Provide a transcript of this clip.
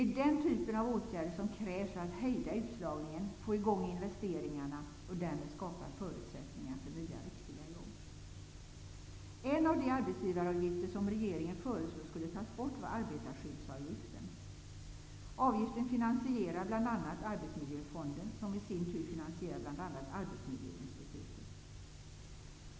Det är den typen av åtgärder som krävs för att hejda utslagningen, få i gång investeringarna och därmed skapa förutsättningar för nya, riktiga jobb. En av de arbetsgivaravgifter som regeringen föreslog skulle tas bort var arbetarskyddsavgiften. Avgiften finansierar bl.a. Arbetsmiljöfonden, som i sin tur finansierar bl.a. Arbetsmiljöinstitutet.